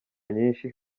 nyinshi